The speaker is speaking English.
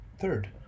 Third